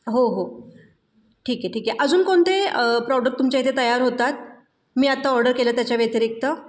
हो हो ठीक आहे ठीक आहे अजून कोणते प्रॉडक्ट तुमच्या इथे तयार होतात मी आत्ता ऑर्डर केलं त्याच्या व्यतिरिक्त